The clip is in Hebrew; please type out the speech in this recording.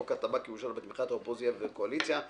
חוק הטבק יאושר בתמיכת האופוזיציה והקואליציה.